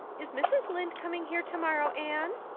is mrs. lynde coming here tomorrow, anne?